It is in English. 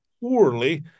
poorly